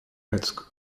als